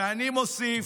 ואני מוסיף: